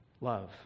love